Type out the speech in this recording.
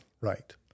Right